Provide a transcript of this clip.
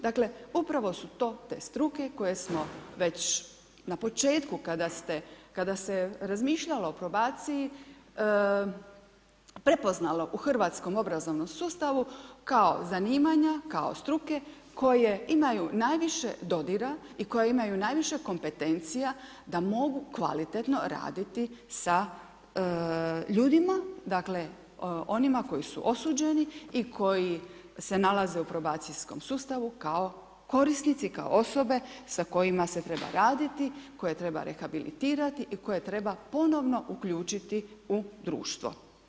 Dakle, upravo su to te struke koje smo već na početku kada se razmišljalo o probaciji prepoznalo u hrvatskom obrazovnom sustavu kao zanimanja kao struke koje imaju najviše dodira i koje imaju najviše kompetencija da mogu kvalitetno raditi sa ljudima, dakle onima koji su osuđeni i koji se nalaze u probacijskom sustavu kao korisnici kao osobe sa kojima se treba raditi, koje treba rehabilitirati i koje treba ponovno uključiti u društvo.